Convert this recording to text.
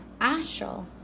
astral